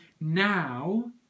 now